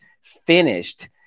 finished